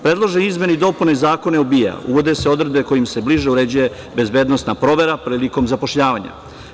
Predlaže izmene i dopune Zakona o BIA, uvode se odredbe kojima se bliže uređuje bezbednosna provera prilikom zapošljavanja.